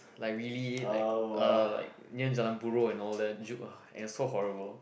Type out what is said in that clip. like really like uh like near Jalan Burro and all that hu~ uh and it was so horrible